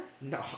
No